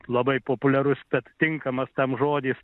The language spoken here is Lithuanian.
labai populiarus bet tinkamas tam žodis